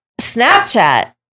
Snapchat